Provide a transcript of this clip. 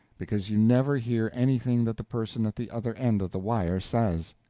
because you never hear anything that the person at the other end of the wire says.